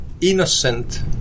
innocent